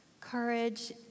Courage